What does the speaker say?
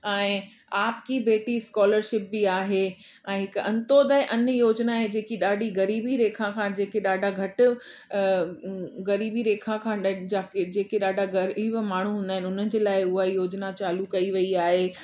ऐं आप की वेटी स्कोलशिप बि आहे ऐं हिकु अंतोदअन योजना आहे जेकी ॾाढी ग़रीबी रेखा खां जेके ॾाढा घटि अ ग़रीबी रेखा खां जेके ॾाढा ग़रीब माण्हू हूंदा आहिनि उन्हनि जे लाइ हूअ योजना चालू कई वई आहे